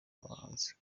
abahanzi